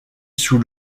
sous